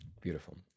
Beautiful